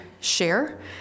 share